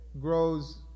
grows